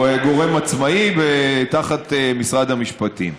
הוא גורם עצמאי תחת משרד המשפטים.